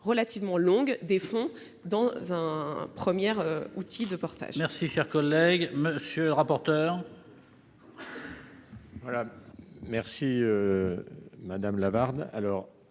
relativement longue des fonds dans un premier outil de portage.